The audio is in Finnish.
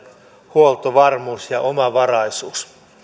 huoltovarmuus ja omavaraisuus